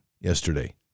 yesterday